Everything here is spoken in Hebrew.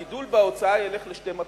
הגידול בהוצאה ילך לשתי מטרות.